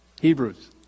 Hebrews